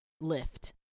lift